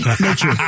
Nature